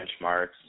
benchmarks